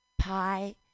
pie